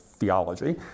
Theology